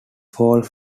fall